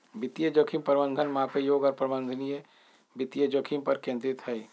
वित्तीय जोखिम प्रबंधन मापे योग्य और प्रबंधनीय वित्तीय जोखिम पर केंद्रित हई